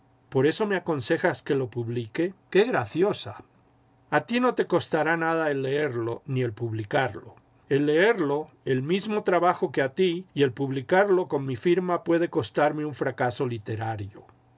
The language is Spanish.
ipor eso me aconsejas que lo publique jqué graciosa a ti no te costará nada el leerlo ni el publicarlo el leerlo el mismo trabajo que a ti y el publicarlo con mi firma puede costarme un fracaso literario